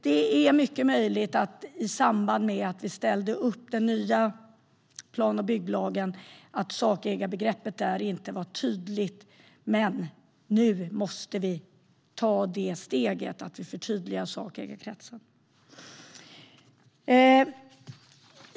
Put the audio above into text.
Det är mycket möjligt att sakägarbegreppet inte var tydligt i samband med att vi ställde upp den nya plan och bygglagen, men nu måste vi ta steget att förtydliga sakägarkretsen.